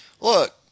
look